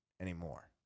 anymore